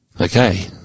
Okay